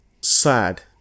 sad